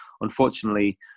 unfortunately